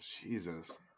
jesus